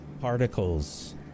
Particles